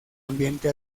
ambiente